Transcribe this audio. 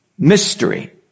Mystery